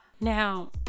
Now